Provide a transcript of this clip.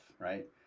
right